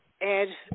Ed